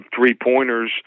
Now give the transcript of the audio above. three-pointers